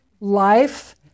life